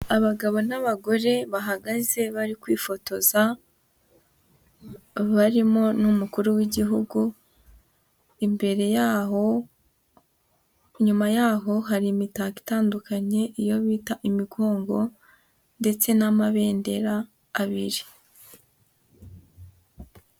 Abagabo n'abagore bahagaze bari kwifotoza, barimo n'umukuru w'igihugu, imbere yaho, inyuma yaho hari imitako itandukanye, iyo bita imigongo ndetse n'amabendera abiri.